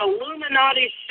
Illuminati